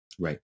Right